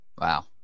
Wow